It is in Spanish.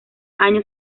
años